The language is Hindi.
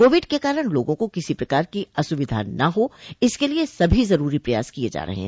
कोविड के कारण लोगों को किसी प्रकार की असुविधा न हो इसके लिये सभी जरूरी प्रयास किये जा रहे हैं